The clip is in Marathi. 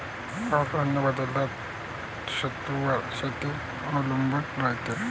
पाऊस अन बदलत्या ऋतूवर शेती अवलंबून रायते